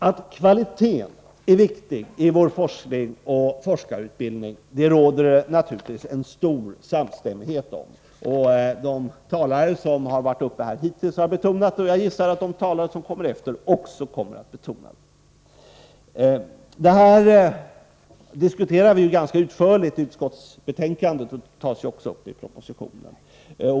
Att kvaliteten är viktig i vår forskning och forskarutbildning råder det naturligtvis en stor samstämmighet om. De talare som varit uppe hittills har betonat detta, och jag gissar att också de talare som kommer efter mig kommer att göra det. Detta diskuterar vi ganska utförligt i utskottsbetänkandet, och det tas också upp i propositionen.